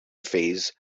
phase